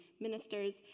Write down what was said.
ministers